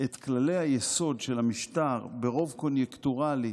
את כללי היסוד של המשטר ברוב קוניוקטורלי,